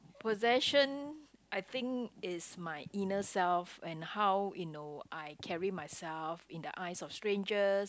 possession I think is my inner self and how you know I carry myself in the eyes of strangers